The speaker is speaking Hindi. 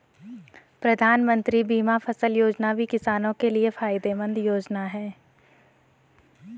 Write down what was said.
प्रधानमंत्री बीमा फसल योजना भी किसानो के लिये फायदेमंद योजना है